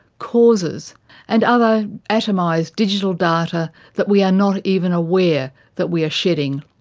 causes and other atomized digital data that we are not even aware that we are shedding.